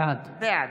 בנוסף,